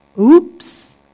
oops